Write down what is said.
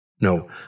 No